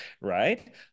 right